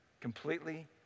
completely